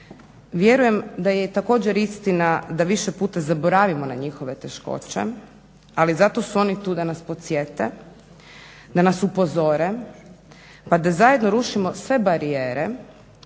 vjerujem da je također istina da više puta zaboravimo na njihove teškoće, ali zato su oni tu da nas podsjete, da nas upozore pa da zajedno rušimo sve barijere